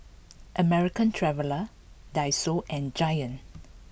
American Traveller Daiso and Giant